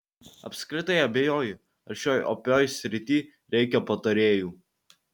apskritai abejoju ar šioj opioj srity reikia patarėjų